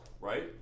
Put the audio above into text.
right